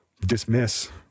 dismiss